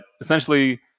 essentially